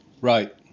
Right